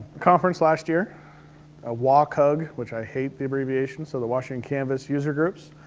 conference last year ah. wacug, which i hate the abbreviation, so the washington canvas user groups.